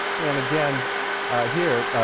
and again here